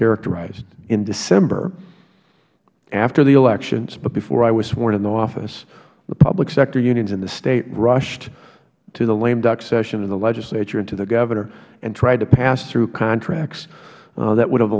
characterized in december after the elections but before i was sworn into office the public sector unions in the state rushed to the lame duck session in the legislature and to the governor and tried to pass through contracts that would have